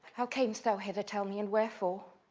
how camest thou hither, tell me, and wherefore?